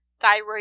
thyroid